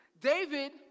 David